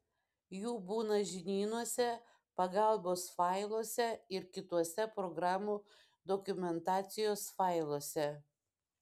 jų būna žinynuose pagalbos failuose ir kituose programų dokumentacijos failuose